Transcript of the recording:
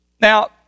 Now